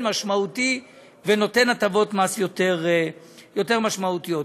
משמעותי ונותן הטבות מס יותר משמעותיות.